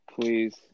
Please